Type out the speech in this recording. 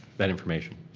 that information.